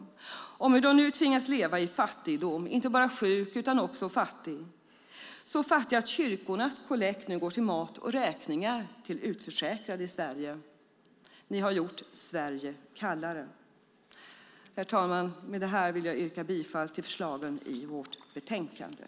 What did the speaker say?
Dessa människor tvingas nu att leva i fattigdom. De är inte bara sjuka utan också fattiga. De är så fattiga att kyrkornas kollekt nu går till att betala mat och räkningar till utförsäkrade i Sverige. Ni har gjort Sverige kallare. Herr talman! Med det här vill jag yrka bifall till förslaget i betänkandet.